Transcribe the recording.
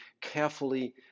carefully